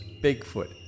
Bigfoot